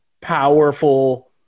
powerful